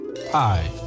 hi